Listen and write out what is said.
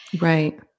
Right